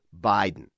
Biden